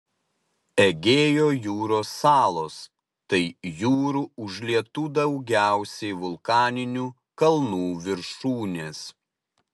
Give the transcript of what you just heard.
egėjo jūros salos tai jūrų užlietų daugiausiai vulkaninių kalnų viršūnės